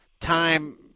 time